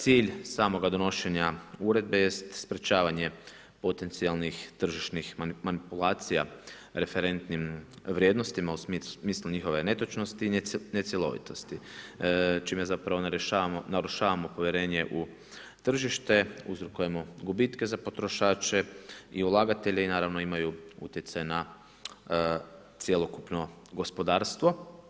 Cilj samog donošenja uredbe jest sprječavanje potencijalnih tržišnih manipulacija referentnim vrijednostima u smislu njihove netočnosti i necjelovitost čime zapravo narušavamo povjere u tržište, uzrokujemo gubitke za potrošače i ulagatelji naravno imaju utjecaj na cjelokupno gospodarstvo.